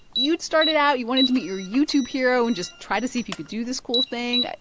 you'd started out you wanted to meet your youtube hero and just try to see if you could do this cool thing.